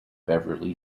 beverley